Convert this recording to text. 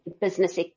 Business